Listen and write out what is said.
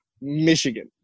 Michigan